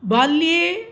बाल्ये